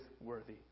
worthy